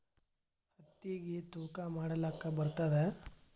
ಹತ್ತಿಗಿ ತೂಕಾ ಮಾಡಲಾಕ ಬರತ್ತಾದಾ?